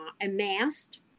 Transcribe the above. amassed